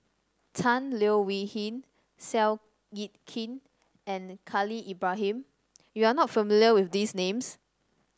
Tan Leo Wee Hin Seow Yit Kin and Khalil Ibrahim you are not familiar with these names